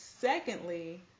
secondly